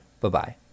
Bye-bye